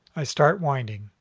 i start winding.